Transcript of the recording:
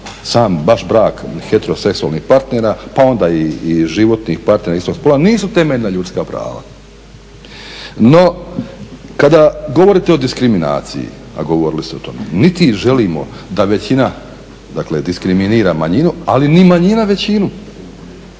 sam baš brak heteroseksualnih partnera pa onda i životnih partnera istog spola nisu temeljna ljudska prava. No kada govorite o diskriminaciji, a govorili ste o tome, niti želimo da većina diskriminira manjinu ali ni manjina većinu.